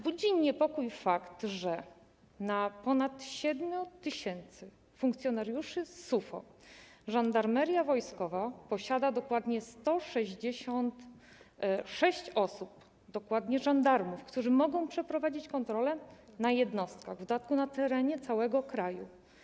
Budzi niepokój fakt, że na ponad 7 tys. funkcjonariuszy SUFO Żandarmeria Wojskowa posiada dokładnie 166 osób, dokładnie żandarmów, którzy mogą przeprowadzić kontrolę w jednostkach, w dodatku na terenie całego kraju.